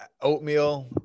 oatmeal